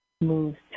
moves